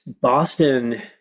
Boston